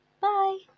Bye